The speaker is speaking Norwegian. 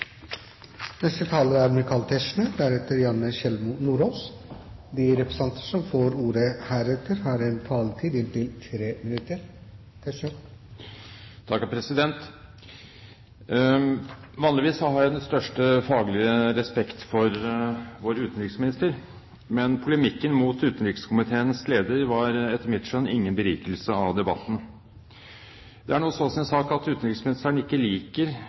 De talere som heretter får ordet, har en taletid på inntil 3 minutter. Vanligvis har jeg den største faglige respekt for vår utenriksminister. Men polemikken med utenrikskomiteens leder var, etter mitt skjønn, ingen berikelse av debatten. Det er så sin sak at utenriksministeren ikke liker